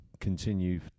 continue